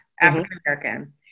African-American